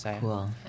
Cool